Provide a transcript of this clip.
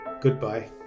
Goodbye